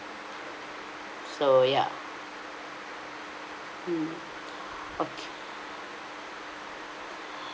so ya mm okay